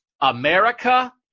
America